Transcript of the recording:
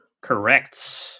Correct